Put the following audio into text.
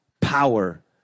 power